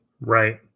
Right